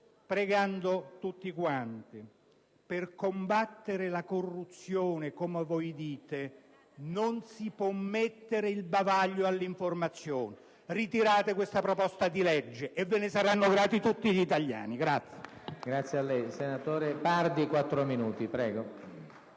pregando tutti quanti: per combattere la corruzione, come voi dite, non si può mettere il bavaglio all'informazione. Ritirate questa proposta di legge e ve ne saranno grati tutti gli italiani.